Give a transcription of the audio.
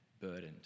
burdened